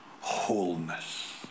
wholeness